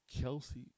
Kelsey